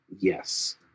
yes